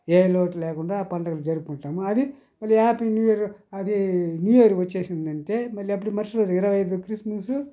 ఏ లోటు లేకుండా పండుగలు జరుపుకుంటాము అది మళ్ళీ హ్యాపీ న్యూయర్ అది న్యూయర్ వచ్చేసిందంటే మళ్లీ అప్పుడు వరుసటి రోజు ఇరవై ఐదు క్రిస్మస్